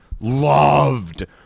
loved